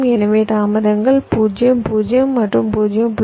எனவே தாமதங்கள் 0 0 மற்றும் 0